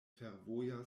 fervoja